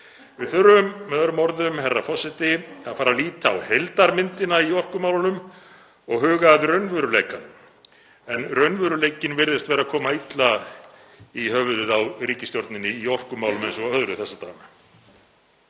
Við þurfum með öðrum orðum, herra forseti, að fara að líta á heildarmyndina í orkumálum og huga að raunveruleikanum. En raunveruleikinn virðist vera að koma illa í höfuðið á ríkisstjórninni í orkumálum eins og öðru þessa dagana.